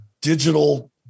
digital